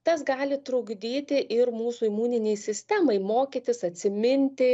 tas gali trukdyti ir mūsų imuninei sistemai mokytis atsiminti